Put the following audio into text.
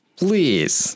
please 、